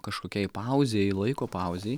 kažkokiai pauzei laiko pauzei